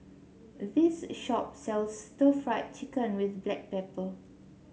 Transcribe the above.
this shop sells Stir Fried Chicken with Black Pepper